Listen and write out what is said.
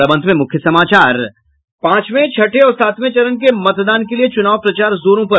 और अब अंत में मुख्य समाचार पांचवे छठें और सातवें चरण के मतदान के लिए चुनाव प्रचार जोरों पर